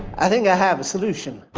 i think i have a solution